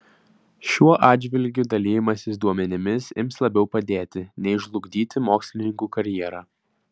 šiuo atžvilgiu dalijimasis duomenimis ims labiau padėti nei žlugdyti mokslininkų karjerą